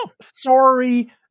sorry